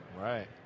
Right